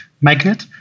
magnet